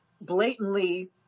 blatantly